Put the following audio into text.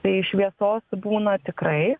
tai šviesos būna tikrai